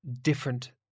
different